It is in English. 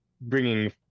bringing